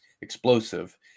explosive